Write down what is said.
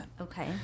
Okay